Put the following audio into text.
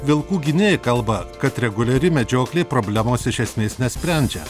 vilkų gynėjai kalba kad reguliari medžioklė problemos iš esmės nesprendžia